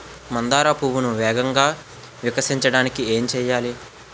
మందార పువ్వును వేగంగా వికసించడానికి ఏం చేయాలి?